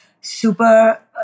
super